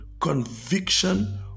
conviction